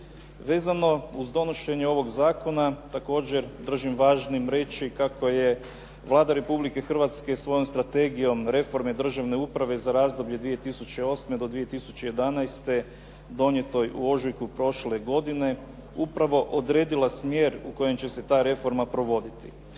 Vezano uz donošenje ovog zakona također držim važnim reći kako je Vlada Republike Hrvatske svojom strategijom reforme državne uprave za razdoblje 2008. do 2011. donjetoj u ožujku prošle godine upravo odredila smjer u kojem će se ta reforma provoditi.